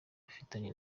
mfitanye